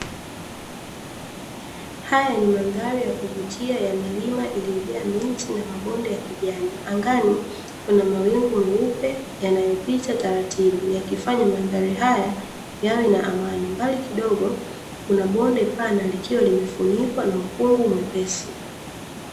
Haya ni mandhari ya kuvutia iliyojaa milima, miti na mabonde ya kijani. Angani kuna mawingu meupe yanayopita taratibu yakifanya mandhari haya yawe na amani, mbali kidogo kuna bonde pana likiwa limefunikwa na ukungu mwepesi.